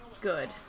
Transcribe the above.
good